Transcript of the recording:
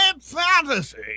fantasy